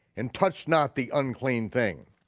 and touch not the unclean thing.